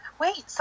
wait